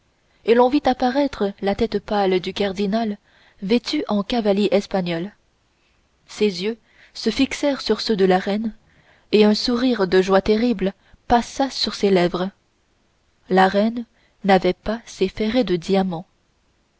et l'on vit apparaître la tête pâle du cardinal vêtu en cavalier espagnol ses yeux se fixèrent sur ceux de la reine et un sourire de joie terrible passa sur ses lèvres la reine n'avait pas ses ferrets de diamants